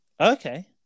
Okay